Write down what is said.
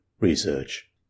research